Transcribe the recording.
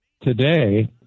today